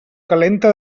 calenta